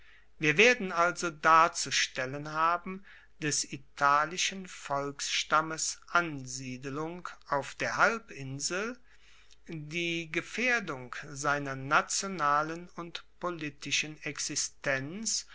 wir werden also darzustellen haben des italischen volksstammes ansiedelung auf der halbinsel die gefaehrdung seiner nationalen und politischen existenz